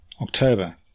October